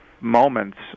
moments